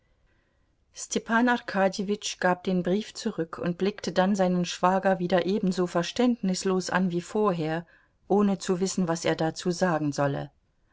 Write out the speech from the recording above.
arkadjewitsch gab den brief zurück und blickte dann seinen schwager wieder ebenso verständnislos an wie vorher ohne zu wissen was er dazu sagen solle